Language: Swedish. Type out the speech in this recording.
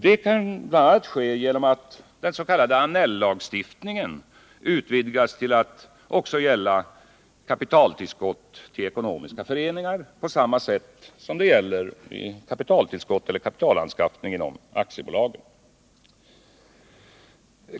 Det kan bl.a. ske genom att den s.k. Annell-lagstiftningen utvidgas till att också gälla kapitaltillskott till ekonomiska föreningar på samma sätt som den gäller för kapitalanskaffning till aktiebolagen.